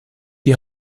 die